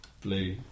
Blue